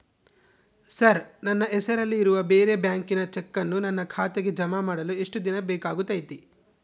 Sir ನನ್ನ ಹೆಸರಲ್ಲಿ ಇರುವ ಬೇರೆ ಬ್ಯಾಂಕಿನ ಚೆಕ್ಕನ್ನು ನನ್ನ ಖಾತೆಗೆ ಜಮಾ ಮಾಡಲು ಎಷ್ಟು ದಿನ ಬೇಕಾಗುತೈತಿ?